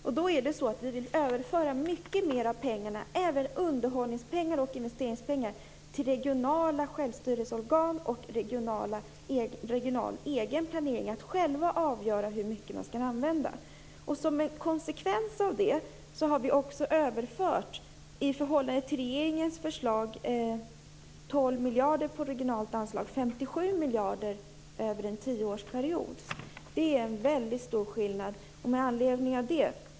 Miljöpartiet vill överföra mycket mer av pengarna, även av underhållspengar och investeringspengar, till regionala självstyrelseorgan och regional egen planering för att de själva skall avgöra hur mycket de skall använda. Som en konsekvens av detta har Miljöpartiet också i förhållande till regeringens förslag överfört 12 miljarder på regionalt anslag och 57 miljarder över en tioårsperiod. Det är en väldigt stor skillnad!